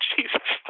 Jesus